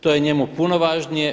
To je njemu puno važnije.